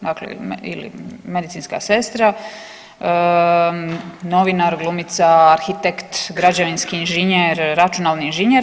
Dakle ili medicinska sestra, novinar, glumica, arhitekt, građevinski inženjer, računalni inženjer.